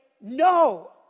No